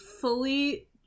fully